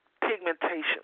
pigmentation